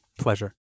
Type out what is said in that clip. pleasure